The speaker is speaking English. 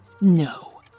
No